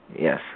Yes